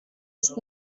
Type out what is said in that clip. ist